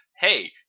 hey